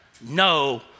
no